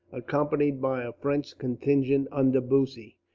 accompanied by a french contingent under bussy.